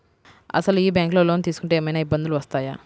అసలు ఈ బ్యాంక్లో లోన్ తీసుకుంటే ఏమయినా ఇబ్బందులు వస్తాయా?